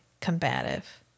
combative